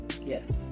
yes